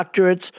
doctorates